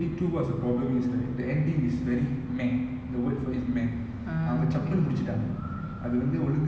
ஒரு ஒரு வில்லன் ஒரு:oru oru villan oru hero role ah பாகாம வில்லி:paakaamaa villi hero role ah பாகாம ரெண்டுபேர் பெரச்சனயு நடந்துர்ர:paakaama renduper perachanayu nadanthurra